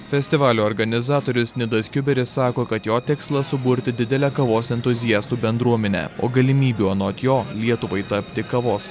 festivalio organizatorius nidas kiuberis sako kad jo tikslas suburti didelę kavos entuziastų bendruomenę o galimybių anot jo lietuvai tapti kavos